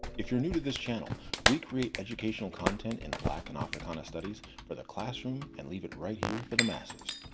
if you're new to this channel, we create educational content in black and africana studies for the classroom and leave it right here for the masses.